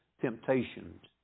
temptations